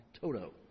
Toto